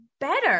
better